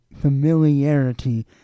familiarity